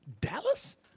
Dallas